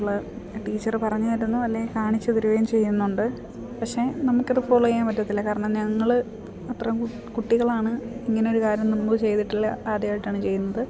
അപ്പള് teacher പറഞ്ഞു തരുന്നു അല്ലെ കാണിച്ച് തരുവയും ചെയ്യുന്നുണ്ട് പക്ഷെ നമുക്കത് ഫോളോ ചെയ്യാൻ പറ്റത്തില്ല കാരണം ഞങ്ങൾ അത്രം കുട്ടികളാണ് ഇങ്ങനെയൊരു കാര്യം മുമ്പ് ചെയ്തിട്ടില്ല ആദ്യമായിട്ടാണ് ചെയ്യുന്നത്